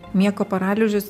miego paralyžius